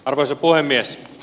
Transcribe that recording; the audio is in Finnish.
arvoisa puhemies